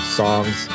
songs